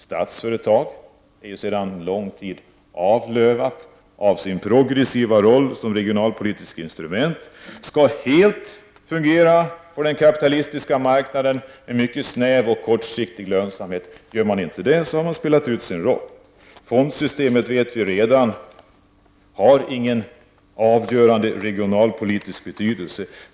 Statsföretag är sedan lång tid berövat sin progressiva roll som regionalpolitiskt instrument och skall helt fungera på den kapitalistiska marknaden med siktet inställt på mycket snäv och kortsiktig lönsamhet. Klarar man inte det, har man spelat ut sin roll. Fondsystemet, det vet vi redan, har ingen avgörande regionalpolitisk betydelse.